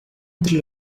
entre